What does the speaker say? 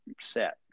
set